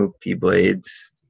P-Blades